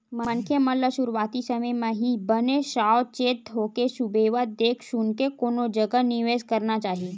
मनखे मन ल सुरुवाती समे म ही बने साव चेत होके सुबेवत देख सुनके कोनो जगा निवेस करना चाही